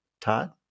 Todd